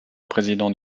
président